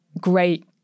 great